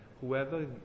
whoever